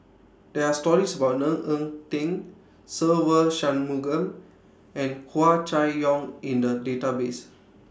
There Are stories about Ng Eng Teng Se Ve Shanmugam and Hua Chai Yong in The Database